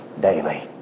daily